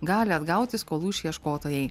gali atgauti skolų išieškotojai